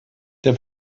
der